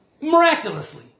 Miraculously